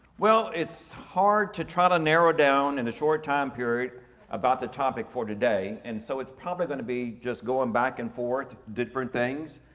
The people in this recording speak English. well it's hard to try to narrow down in a short time period about the topic for today. and so it's probably gonna be just going back and forth, different things.